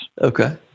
Okay